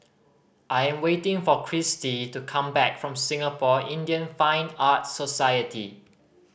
I am waiting for Christie to come back from Singapore Indian Fine Arts Society